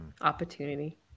opportunity